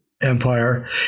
Empire